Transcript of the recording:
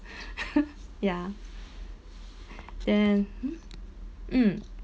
ya then mm